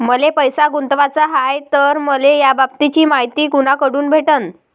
मले पैसा गुंतवाचा हाय तर मले याबाबतीची मायती कुनाकडून भेटन?